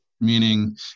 Meaning